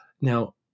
Now